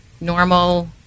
normal